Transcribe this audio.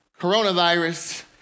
coronavirus